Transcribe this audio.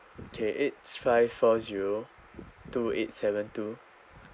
okay eight five four zero two eight seven two